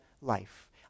life